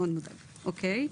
מאוד מודאג, אוקיי.